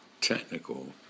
technical